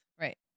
Right